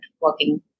working